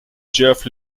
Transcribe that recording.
geoff